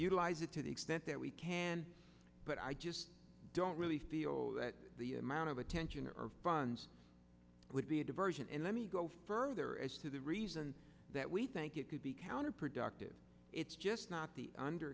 utilize it to the extent that we can but i just don't really feel that the amount of attention or funds would be a diversion and let me go further as to the reason that we think it could be counterproductive it's just not the under